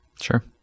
Sure